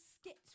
skit